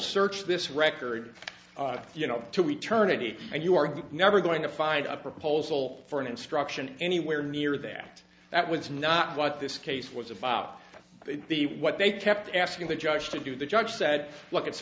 search this record you know to eternity and you are never going to find a proposal for an instruction anywhere near that that was not what this case was about the what they kept asking the judge to do the judge said look it's